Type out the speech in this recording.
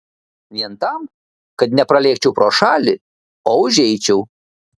vien tam kad nepralėkčiau pro šalį o užeičiau